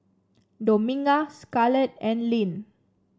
Dominga Scarlet and Lyn